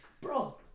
bro